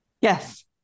yes